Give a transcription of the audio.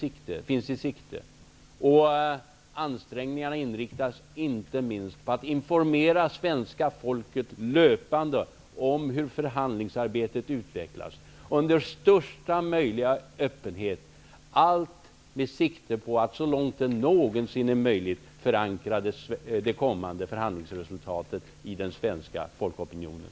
Inte minst inriktas ansträngningarna på att med största möjliga öppenhet löpande informera svenska folket om hur förhandlingsarbetet utvecklas -- allt detta med sikte på att så långt det någonsin är möjligt förankra det kommande förhandlingsresultatet i den svenska folkopinionen.